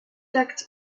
acte